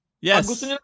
yes